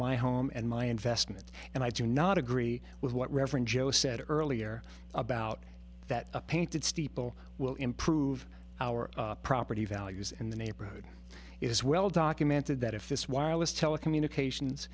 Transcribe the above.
my home and my investment and i do not agree with what reverend joe said earlier about that a painted steeple will improve our property values in the neighborhood is well documented that if this wireless telecommunications